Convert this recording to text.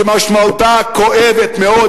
שמשמעותם כואבת מאוד,